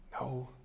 No